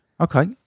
Okay